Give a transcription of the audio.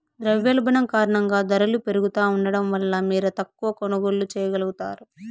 ద్రవ్యోల్బణం కారణంగా దరలు పెరుగుతా ఉండడం వల్ల మీరు తక్కవ కొనుగోల్లు చేయగలుగుతారు